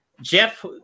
Jeff